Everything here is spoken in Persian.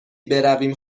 برویم